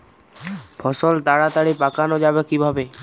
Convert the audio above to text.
ফসল তাড়াতাড়ি পাকানো যাবে কিভাবে?